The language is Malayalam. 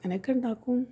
അങ്ങെനെക്കെണ്ടാക്കും